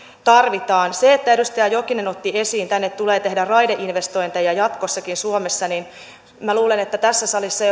tarvitaan edustaja jokinen otti esiin että tulee tehdä raideinvestointeja jatkossakin suomessa minä luulen että tässä salissa